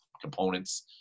components